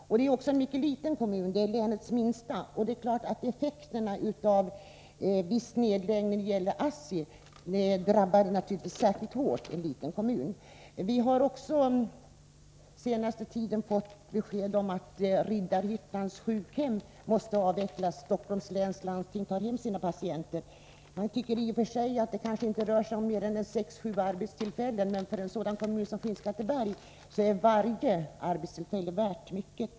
Det är också en mycket liten kommun, länets minsta. Det är klart att effekterna av den partiella nedläggningen av ASSI drabbar en liten kommun särskilt hårt. Vi har också den senaste tiden fått besked om att Riddarhyttans sjukhem måste avvecklas. Stockholms läns landsting tar hem sina patienter. Det rör sig kanske inte om fler arbetstillfällen än 6-7 stycken, men för en kommun som Skinnskatteberg är varje arbetstillfälle värt mycket.